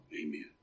Amen